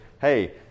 Hey